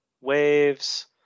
waves